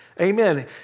Amen